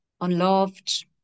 unloved